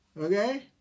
Okay